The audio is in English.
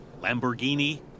Lamborghini